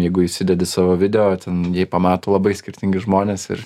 jeigu įsidedi savo video ten jį pamato labai skirtingi žmonės ir